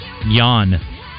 Yan